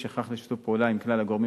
יש הכרח בשיתוף פעולה עם כלל הגורמים